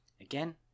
Again